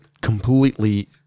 completely